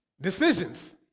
Decisions